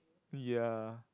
ya